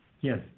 Yes